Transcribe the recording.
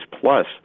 plus